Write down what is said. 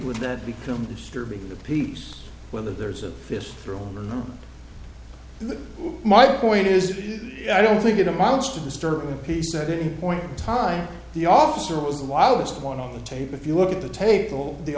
would that become disturbing the peace whether there's a fist through my point is i don't think it amounts to disturbing the peace at any point in time the officer was the wildest one on the tape if you look at the table the